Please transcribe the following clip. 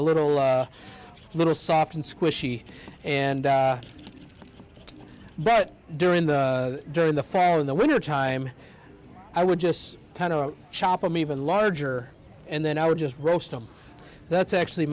a little a little soft and squishy and but during the during the fat in the wintertime i would just kind of chopper me even larger and then i would just roast them that's actually